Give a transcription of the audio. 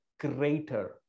greater